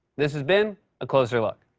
this has been a closer look.